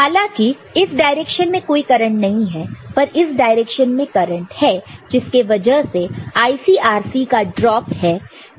हालांकि इस डायरेक्शन में कोई करंट नहीं है पर इस डायरेक्शन में करंट है जिसके वजह से ICRC का ड्रॉप है